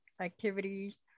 Activities